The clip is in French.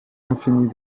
infinie